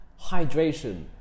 hydration